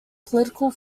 political